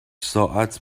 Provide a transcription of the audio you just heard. ساعت